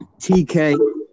TK